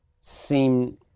seem